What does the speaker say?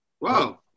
Wow